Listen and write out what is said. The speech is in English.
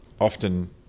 often